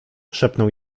szepnął